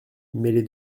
mêlé